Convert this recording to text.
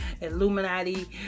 Illuminati